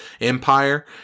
Empire